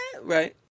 right